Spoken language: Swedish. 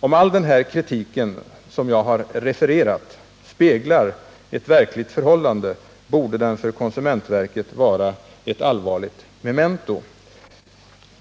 Om all den här kritiken, som jag har refererat, speglar ett verkligt förhållande, borde den för konsumentverket vara ett allvarligt memento.